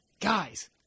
guys